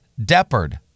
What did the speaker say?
Deppard